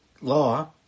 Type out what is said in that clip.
law